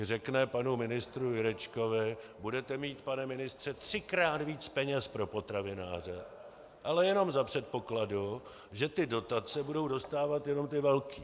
Řekne panu ministrovi Jurečkovi: Budete mít, pane ministře, třikrát více peněz pro potravináře, ale jenom za předpokladu, že dotace budou dostávat jenom ty velké.